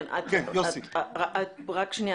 את מציעה